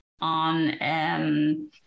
on